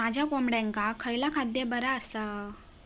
माझ्या कोंबड्यांका खयला खाद्य बरा आसा?